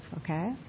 okay